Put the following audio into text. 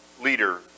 leader